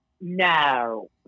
No